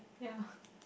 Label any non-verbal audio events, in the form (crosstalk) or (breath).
ya (breath)